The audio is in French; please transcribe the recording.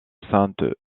sainte